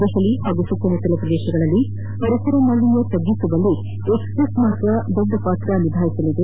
ದೆಹಲಿ ಹಾಗೂ ಸುತ್ತಮುತ್ತಲ ಪ್ರದೇಶಗಳಲ್ಲಿ ಪರಿಸರ ಮಾಲಿನ್ನ ತ್ಗುಸುವಲ್ಲಿ ಎಕ್ಸ್ಪ್ರೆಸ್ ಮಾರ್ಗ ದೊಡ್ಡ ಪಾತ್ರ ನಿಭಾಯಿಸಲಿದೆ